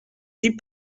dis